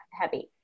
heavy